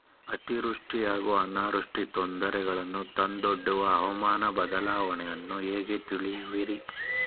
ಅತಿವೃಷ್ಟಿ ಹಾಗೂ ಅನಾವೃಷ್ಟಿ ತೊಂದರೆಗಳನ್ನು ತಂದೊಡ್ಡುವ ಹವಾಮಾನ ಬದಲಾವಣೆಯನ್ನು ಹೇಗೆ ತಿಳಿಯುವಿರಿ?